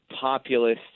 populist